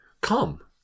come